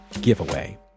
giveaway